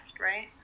Right